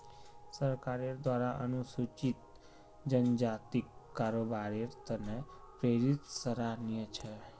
सरकारेर द्वारा अनुसूचित जनजातिक कारोबारेर त न प्रेरित सराहनीय छ